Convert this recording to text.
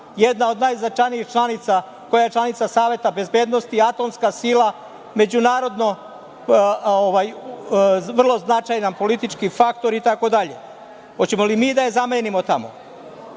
jedna od najznačajnijih članica, koja je članica Saveta bezbednosti, atomska sila, međunarodno vrlo značajan politički faktor itd? Hoćemo li mi da je zamenimo tamo?